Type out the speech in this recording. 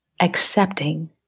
accepting